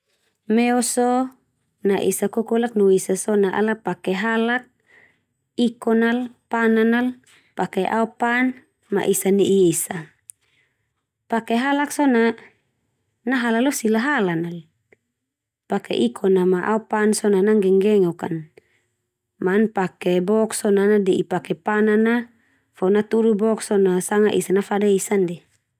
Meo so na esa kokolak no esa so, na ala pake halak. Ikon al, panan al, pake aopan, ma esa ne'i esa. Pake halak so na, nahala lo sila halan al. Pake ikon na ma aopan so na nanggenggengok an, ma an pake bok so na ana de'i pake panan a. Fo natudu bok so na sanga esa nafada esa ndia.